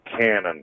cannon